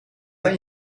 dan